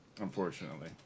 unfortunately